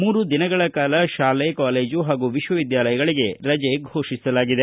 ಮೂರು ದಿನಗಳ ಕಾಲ ಶಾಲೆ ಕಾಲೇಜು ಹಾಗೂ ವಿಶ್ವವಿದ್ಯಾಲಯಗಳಿಗೆ ರಜೆ ಫೋಷಿಸಲಾಗಿದೆ